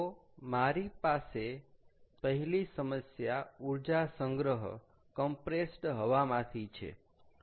તો મારી પાસે પહેલી સમસ્યા ઊર્જા સંગ્રહ કમ્પ્રેસ્ડ હવા માંથી છે